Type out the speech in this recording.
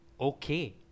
okay